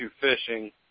fishing